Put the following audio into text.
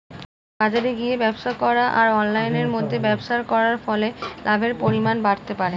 বাজারে গিয়ে ব্যবসা করা আর অনলাইনের মধ্যে ব্যবসা করার ফলে লাভের পরিমাণ বাড়তে পারে?